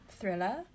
thriller